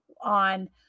on